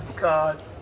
god